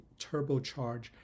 turbocharge